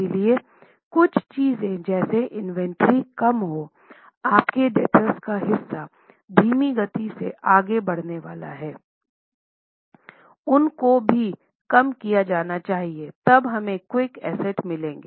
इसीलिए कुछ चीजें जैसे इन्वेंटरी कम हो आपके डेब्टर्स का हिस्सा धीमी गति से आगे बढ़ने वाले हैं उन को भी कम किया जाना चाहिए तब हमें क्विक एसेट मिलेगी